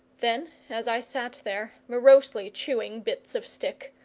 then, as i sat there, morosely chewing bits of stick,